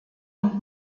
und